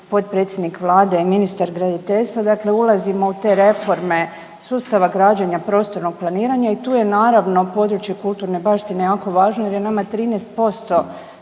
potpredsjednik Vlade i ministar graditeljstva dakle ulazimo u te reforme sustava građenja prostornog planiranja i to je naravno područje kulturne baštine jako važno jer je nama 13%